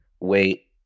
wait